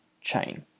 chain